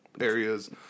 areas